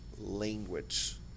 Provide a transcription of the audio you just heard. language